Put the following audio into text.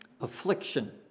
Affliction